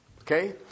Okay